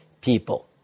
people